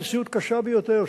במציאות קשה ביותר,